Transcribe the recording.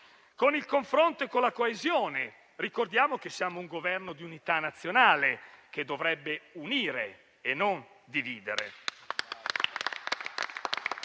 con il confronto e con la coesione. Ricordiamo che siamo in un Governo di unità nazionale, che dovrebbe unire e non dividere